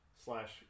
slash